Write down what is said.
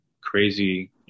crazy